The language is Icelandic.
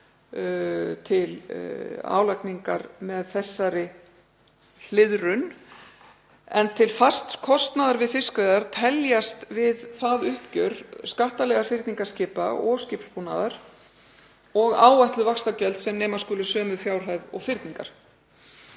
til álagningar með þessari hliðrun, en til fasts kostnaðar við fiskveiðar teljast við það uppgjör skattalegar fyrningar skipa og skipsbúnaðar og áætluð vaxtagjöld sem nema skulu sömu fjárhæð og fyrningar.